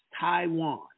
taiwan